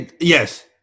Yes